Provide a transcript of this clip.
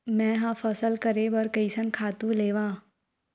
मैं ह फसल करे बर कइसन खातु लेवां?